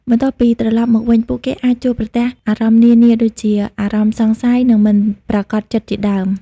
បន្ទាប់ពីត្រឡប់មកវិញ ពួកគេអាចជួបប្រទះអារម្មណ៍នានា ដូចជា អារម្មណ៍សង្ស័យ និងមិនប្រាកដចិត្តជាដើម។